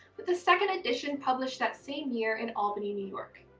but the second edition published that same year in albany, new york,